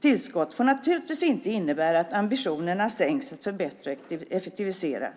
tillskott får naturligtvis inte innebära att ambitionerna sänks när det gäller att förbättra och effektivisera.